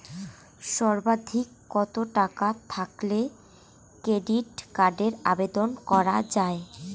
সর্বাধিক কত টাকা থাকলে ক্রেডিট কার্ডের আবেদন করা য়ায়?